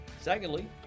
Secondly